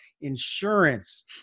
insurance